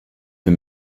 für